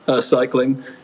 cycling